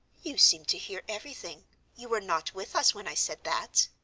you seem to hear everything you were not with us when i said that.